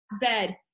bed